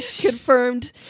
Confirmed